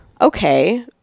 okay